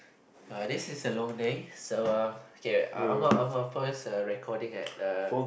uh this is a long day so uh K I'm a I'm a pause err recording at err